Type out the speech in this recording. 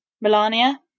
Melania